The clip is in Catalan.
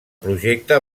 projecte